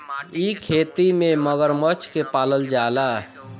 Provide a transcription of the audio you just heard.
इ खेती में मगरमच्छ के पालल जाला